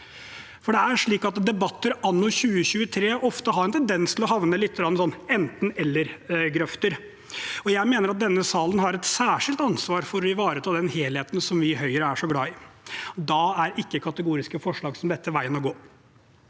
mot. Det er slik at debatter anno 2023 ofte har en tendens til å havne litt i en enten– eller-grøft. Jeg mener at denne salen har et særskilt ansvar for å ivareta den helheten som vi i Høyre er så glad i. Da er ikke kategoriske forslag som dette veien å gå.